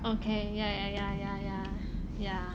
okay ya ya ya ya ya ya